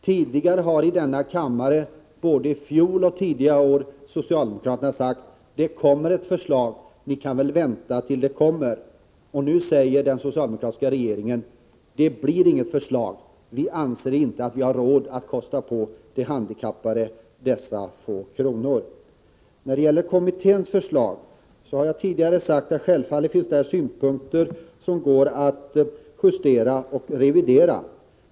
Tidigare, både i fjol och i år, har socialdemokraterna sagt att det kommer ett förslag, ni kan väl vänta. Men nu säger den socialdemokratiska regeringen: Det blir inget förslag. Vi anser oss inte ha råd att kosta på de handikappade dessa få kronor. När det gäller kommitténs förslag har jag tidigare sagt att där finns saker som kan justeras och revideras.